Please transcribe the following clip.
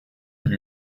lui